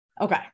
okay